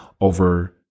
over